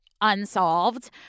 unsolved